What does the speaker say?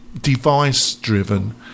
device-driven